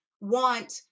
want